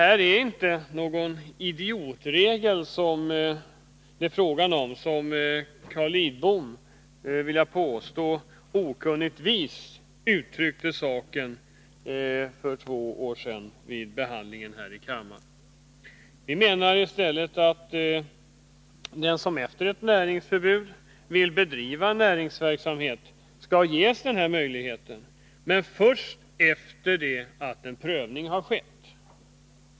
Det är inte fråga om någon idiotregel, som Carl Lidbom — av ren okunnighet, vill jag påstå — uttryckte saken vid behandlingen av denna fråga för två år sedan här i kammaren. Vi menar i stället att den som efter ett näringsförbud vill bedriva näringsverksamhet skall ges den möjligheten, men först efter det att en prövning har skett.